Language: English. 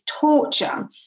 torture